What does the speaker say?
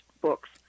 books